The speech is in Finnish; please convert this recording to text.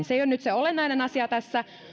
se ei ole nyt se olennainen asia tässä